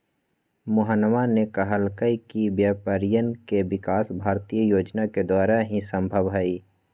मोहनवा ने कहल कई कि व्यापारियन के विकास भारतीय योजना के द्वारा ही संभव हई